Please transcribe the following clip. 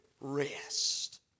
rest